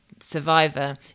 survivor